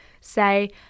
say